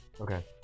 okay